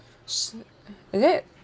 s~ uh is it